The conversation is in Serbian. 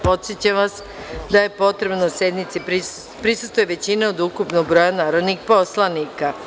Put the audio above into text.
Podsećam vas da je potrebno da sednici prisustvuje većina od ukupnog broja narodnih poslanika.